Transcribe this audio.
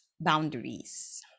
boundaries